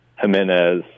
Jimenez